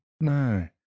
No